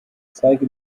zeige